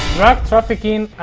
drug-trafficking